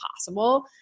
possible